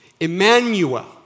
Emmanuel